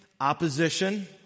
opposition